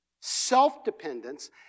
self-dependence